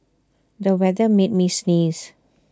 the weather made me sneeze